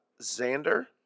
Xander